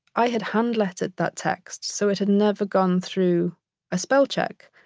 i had hand-lettered that text, so it had never gone through a spell check.